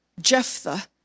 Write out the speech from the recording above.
Jephthah